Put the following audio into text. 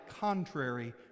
contrary